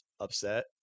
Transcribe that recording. upset